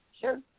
Sure